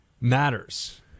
matters